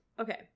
Okay